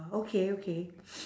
okay okay